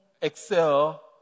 excel